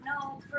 No